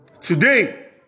today